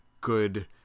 good